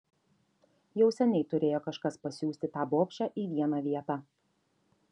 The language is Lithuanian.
jau seniai turėjo kažkas pasiųsti tą bobšę į vieną vietą